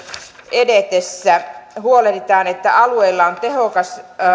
edetessä huolehditaan että alueilla on tehokas